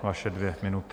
Vaše dvě minuty.